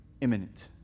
imminent